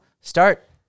Start